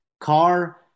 car